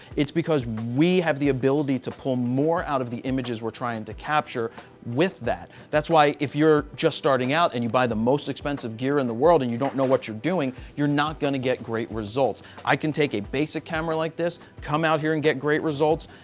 it's because we have the ability to pull more out of the images we're trying to capture with that. that's why if you're just starting out and you buy the most expensive gear in the world and you don't know what you're doing, you're not going to get great results. i can take a basic camera like this, come out here and get great results,